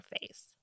face